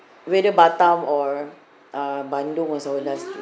whether batam or uh bandung or somewhere lah